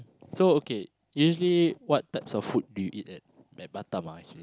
so okay usually what types of food do you eat at at Batam ah actually